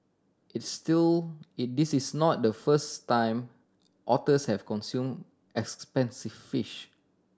its still is this is not the first time otters have consumed expensive fish